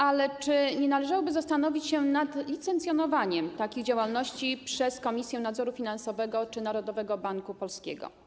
Ale czy nie należałoby zastanowić się nad licencjonowaniem takiej działalności przez Komisję Nadzoru Finansowego czy Narodowy Bank Polski?